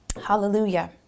Hallelujah